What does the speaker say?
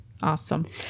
Awesome